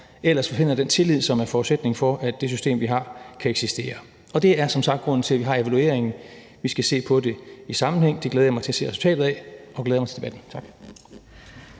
ellers forsvinder den tillid, som er forudsætningen for, at det system, vi har, kan eksistere, og det er som sagt grunden til, at vi har evalueringen. Vi skal se på det i sammenhæng, og det glæder jeg mig til at se resultatet af, og jeg glæder mig til debatten. Tak.